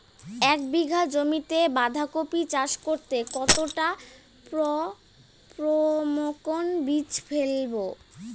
এক বিঘা জমিতে বাধাকপি চাষ করতে কতটা পপ্রীমকন বীজ ফেলবো?